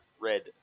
red